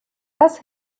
das